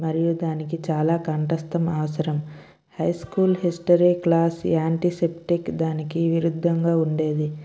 మరియు దానికి చాలా కంఠస్థం అవసరం high school history class antiseptic దానికి విరుద్ధంగా ఉండేది